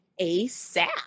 ASAP